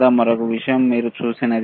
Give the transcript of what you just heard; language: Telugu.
ఇది మరొక విషయం మీరు చూసినది